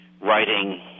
writing